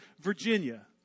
Virginia